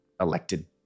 elected